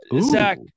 Zach